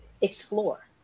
explore